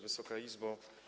Wysoka Izbo!